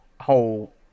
whole